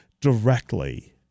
directly